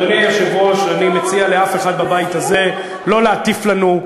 אני מציע שאף אחד בבית הזה לא יטיף לנו,